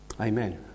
Amen